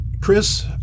Chris